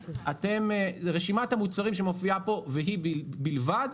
זו רשימת המוצרים שמופיעה כאן והיא בלבד,